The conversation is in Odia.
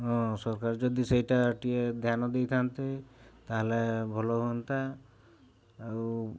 ହଁ ସରକାର ଯଦି ସେଇଟା ଟିକେ ଧ୍ୟାନ ଦେଇଥାନ୍ତେ ତା'ହେଲେ ଭଲ ହୁଅନ୍ତା ଆଉ